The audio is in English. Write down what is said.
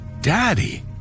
Daddy